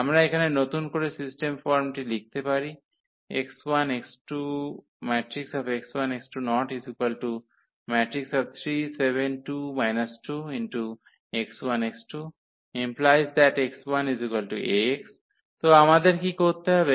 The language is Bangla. আমরা এখানে নতুন করে সিস্টেম ফর্মটি লিখতে পারি তো আমাদের কী করতে হবে